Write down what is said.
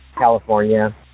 California